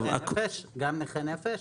גם נכי נפש?